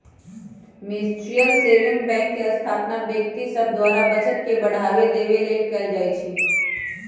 mutual saving bank के स्थापना व्यक्ति सभ द्वारा बचत के बढ़ावा देबे लेल कयल जाइ छइ